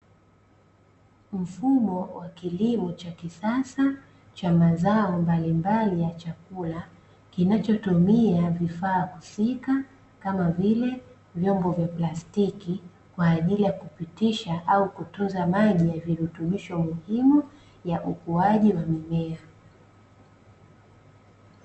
Mfumo wa kilimo cha kisasa, cha mazao mbalimbali ya chakula, kinachotumia vifaa husika, kama vile vyombo vya plastiki, kwa ajili ya kupitisha au kutunza maji ya virutubisho muhimu, ya ukuaji wa mimea.